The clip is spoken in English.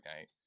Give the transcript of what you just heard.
night